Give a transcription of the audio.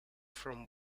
from